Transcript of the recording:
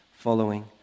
following